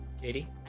Katie